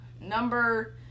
Number